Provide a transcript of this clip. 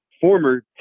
former